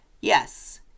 Yes